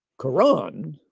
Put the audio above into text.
Quran